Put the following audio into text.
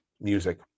Music